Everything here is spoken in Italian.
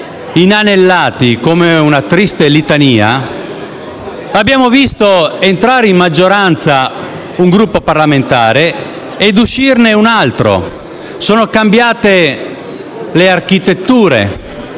inanellati come una triste litania abbiamo visto entrare in maggioranza un Gruppo parlamentare e uscirne un altro. Sono cambiate le architetture